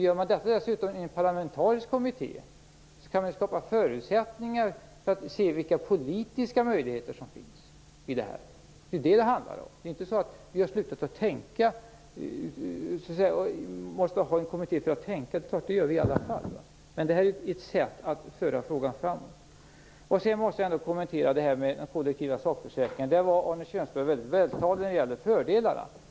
Gör man dessutom detta i en parlamentarisk kommitté kan man ju skapa förutsättningar för att se vilka politiska möjligheter som finns här. Det är ju detta det handlar om. Det är ju inte så att vi har slutat att tänka och måste ha en kommitté för att tänka. Det gör vi i alla fall, men detta är ett sätt att föra frågan framåt. Sedan måste jag också kommentera detta med den kollektiva sakförsäkringen. Där var Arne Kjörnsberg mycket vältalig när det gäller fördelarna.